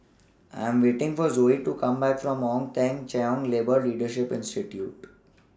I Am waiting For Zoie to Come Back from Ong Teng Cheong Labour Leadership Institute